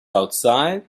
outside